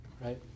right